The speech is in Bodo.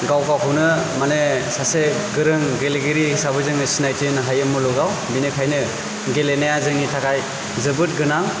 गाव गावखौनो माने सासे गोरों गेलेगिरि हिसाबै जोङो सिनायथि होनो हायो मुलुगाव बेनिखायनो गेलेनाया जोंनि थाखाय जोबोद गोनां